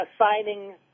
assigning